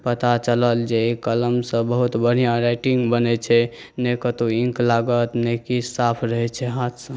पता चलल जे एहि कलमसॅं बहुत बढ़िऑ राइटिंग बनै छै ने कतौ इन्क लागत नहि किछु साफ रहय छै हाथसब